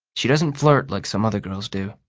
she doesn't flirt like some other girls do.